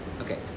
Okay